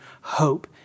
hope